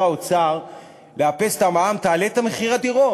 האוצר לאפס את המע"מ תעלה את מחיר הדירות.